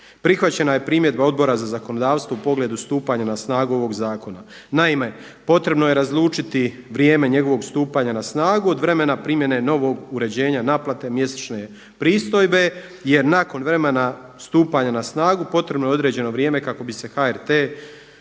Prihvaćena je primjedba Odbora za zakonodavstvo u pogledu stupanja na snagu ovog zakona. Naime, potrebno je razlučiti vrijeme njegovog stupanja na snagu od vremena primjene novog uređenja naplate mjesečne pristojbe jer nakon vremena stupanja na snagu potrebno je određeno vrijeme kako bi se HRT-u